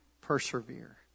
Persevere